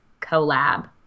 collab